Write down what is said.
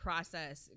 Process